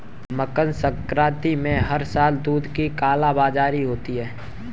मकर संक्रांति में हर साल दूध की कालाबाजारी होती है